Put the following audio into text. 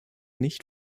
nicht